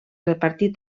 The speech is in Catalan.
repartir